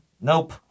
Nope